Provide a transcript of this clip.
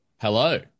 Hello